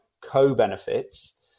co-benefits